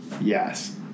Yes